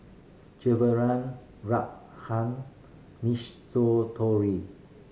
Ruthann